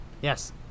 Yes